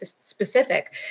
specific